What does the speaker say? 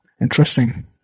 Interesting